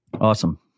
awesome